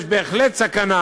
יש בהחלט סכנה,